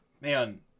man